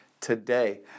today